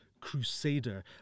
Crusader